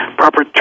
proper